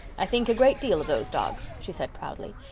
i think a great deal of those dogs, she said proudly.